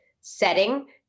setting